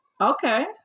Okay